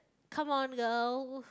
come on girl